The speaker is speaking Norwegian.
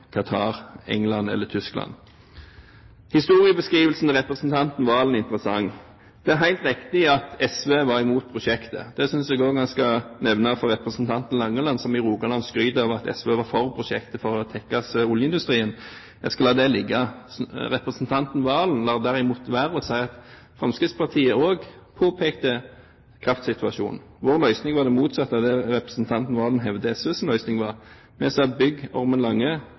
Qatar, i England eller i Tyskland. Historiebeskrivelsen til representanten Serigstad Valen var interessant. Det er helt riktig at SV var imot prosjektet – det synes jeg også han skal nevne for representanten Langeland, som i Rogaland, for å tekkes oljeindustrien, skryter av at SV var for prosjektet. Jeg skal la det ligge. Men representanten Valen lar være å si at Fremskrittspartiet også påpekte kraftsituasjonen. Vår løsning var det motsatte av det representanten Valen hevder var SVs løsning. Vi sa: Bygg Ormen Lange,